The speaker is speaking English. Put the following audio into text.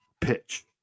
pitch